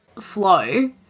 flow